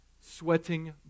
Sweating